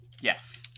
Yes